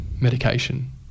Medication